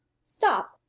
stop